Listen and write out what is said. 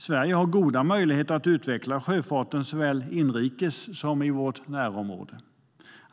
Sverige har goda möjligheter att utveckla sjöfarten såväl inrikes som i vårt närområde.